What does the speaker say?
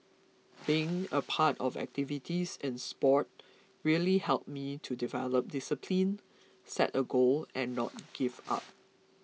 being a part of activities in sport really helped me to develop discipline set a goal and not give up